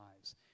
lives